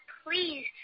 please